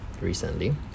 recently